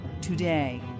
today